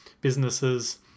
businesses